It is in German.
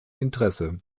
interesse